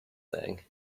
thing